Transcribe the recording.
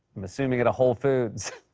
i'm assuming at a whole foods.